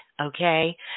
okay